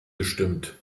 gestimmt